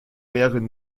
mehreren